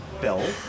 bell